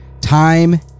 Time